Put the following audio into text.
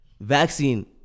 vaccine